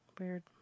Weird